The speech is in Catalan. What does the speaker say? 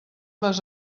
les